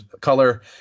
color